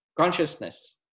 Consciousness